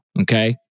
okay